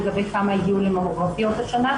לגבי כמה הגיעו לממוגרפיות השנה,